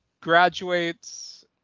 graduates